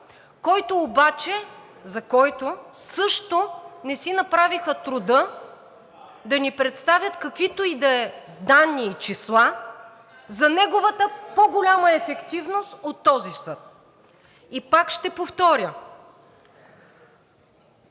който обаче, за който също не си направиха труда да ни представят каквито и да е данни и числа за неговата по-голяма ефективност от този съд. И пак ще повторя: